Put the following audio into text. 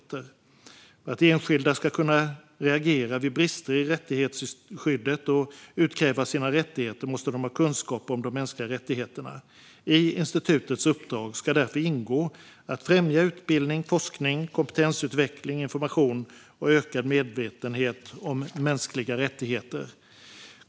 Ett institut för mänsk-liga rättigheter För att enskilda ska kunna reagera vid brister i rättighetsskyddet och utkräva sina rättigheter måste de ha kunskap om de mänskliga rättigheterna. I institutets uppdrag ska därför ingå att främja utbildning, forskning, kompetensutveckling, information och ökad medvetenhet om mänskliga rättigheter.